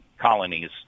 colonies